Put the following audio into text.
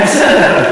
בסדר.